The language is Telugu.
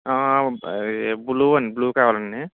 అది బ్లూ అండి బ్లూ కావాలి అండి